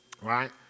Right